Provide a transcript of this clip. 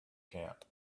camp